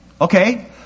Okay